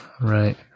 right